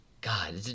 God